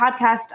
podcast